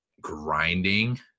grinding